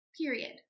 period